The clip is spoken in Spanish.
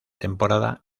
temporada